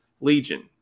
Legion